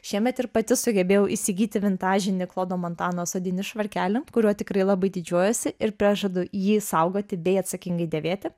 šiemet ir pati sugebėjau įsigyti vintažinį klodo montanos odinį švarkelį kuriuo tikrai labai didžiuojuosi ir prie žadu jį saugoti bei atsakingai dėvėti